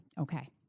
okay